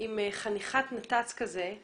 אם חניכת נת"צ כזה,